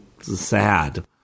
sad